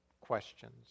questions